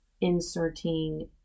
inserting